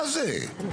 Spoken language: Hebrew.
מה זה?